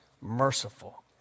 merciful